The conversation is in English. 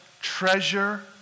Treasure